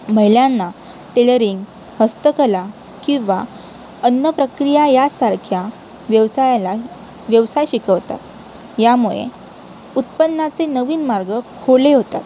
महिलांना टेलरिंग हस्तकला किंवा अन्न प्रक्रिया यासारख्या व्यवसायाला व्यवसाय शिकवतात यामुळे उत्पन्नाचे नवीन मार्ग खुले होतात